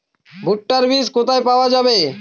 ভুট্টার বিজ কোথায় পাওয়া যাবে?